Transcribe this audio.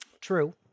True